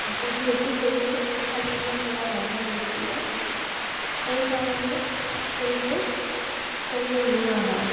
আকৌ যিহেতু সেইবোৰ ফালিব পৰা নাযায় মেচিনত সেইকাৰণে সেইবোৰ খৰি উলিওৱা হয়